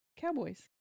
Cowboys